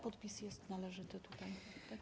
Podpis jest należyty tutaj, tak?